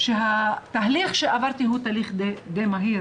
שהתהליך שעברתי היה תהליך די מהיר